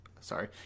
sorry